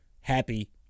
happy